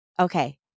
Okay